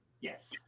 yes